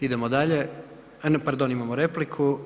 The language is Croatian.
Idemo dalje, ne pardon imamo repliku.